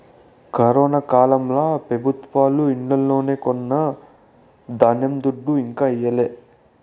corona కాలంల పెబుత్వాలు ఆన్లైన్లో కొన్న ధాన్యం దుడ్డు ఇంకా ఈయలే